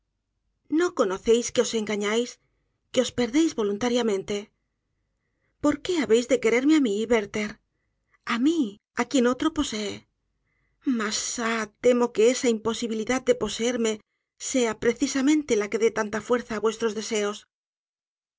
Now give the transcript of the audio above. no conocéis que os engañáis que os perdéis voluntariamente por qué habéis de quererme á mí werther á mi á quien otro posee mas ah temo que esa imposibilidad de poseerme sea precisamente la que dé tanta fuerza á vuestros deseos